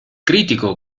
critico